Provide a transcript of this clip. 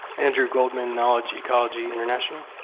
andrew goldman, knowledge ecology international.